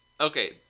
Okay